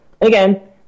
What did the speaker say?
Again